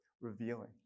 revealing